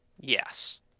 Yes